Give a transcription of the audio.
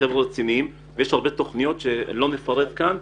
וחבר'ה רציניים ויש הרבה תוכניות שלא נפרט כאן.